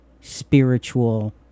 spiritual